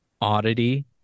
oddity